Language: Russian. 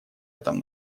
этом